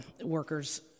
workers